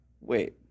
Wait